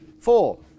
four